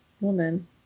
woman